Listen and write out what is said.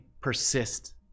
persist